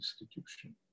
institution